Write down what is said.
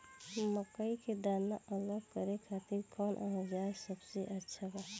मकई के दाना अलग करे खातिर कौन औज़ार सबसे अच्छा बा?